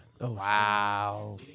Wow